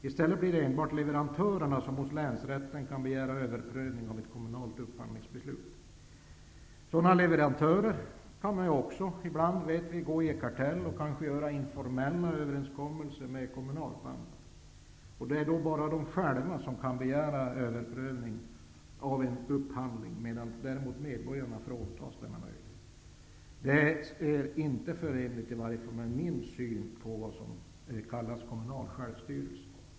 I stället blir det enbart leverantörerna som hos länsrätten kan begära överprövning av ett kommunalt upphandlingsbeslut. Sådana leverantörer kan t.ex. gå i kartell och göra informella överenskommelser sinsemellan och med kommunalpampar. Det är bara de själva som kan begära överprövning av en upphandling, medan däremot medborgarna fråntas denna möjlighet. Det här är inte förenligt med i varje fall min syn på vad som är kommunal självstyrelse.